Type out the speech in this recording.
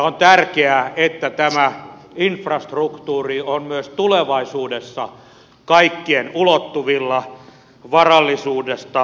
on tärkeää että tämä infrastruktuuri on myös tulevaisuudessa kaikkien ulottuvilla varallisuudesta riippumatta